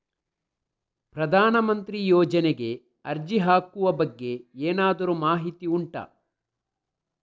ಪ್ರಧಾನ ಮಂತ್ರಿ ಯೋಜನೆಗೆ ಅರ್ಜಿ ಹಾಕುವ ಬಗ್ಗೆ ಏನಾದರೂ ಮಾಹಿತಿ ಗೊತ್ತುಂಟ?